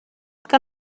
que